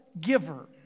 giver